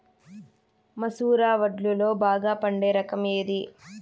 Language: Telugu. మసూర వడ్లులో బాగా పండే రకం ఏది?